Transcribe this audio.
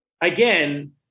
again